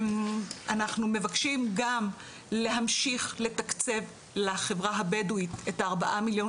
אנחנו מבקשים גם להמשיך לתקצב לחברה הבדואית את ה-4 מיליון